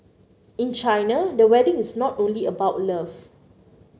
in China the wedding is not only about love